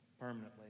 permanently